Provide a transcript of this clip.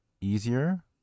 easier